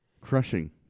crushing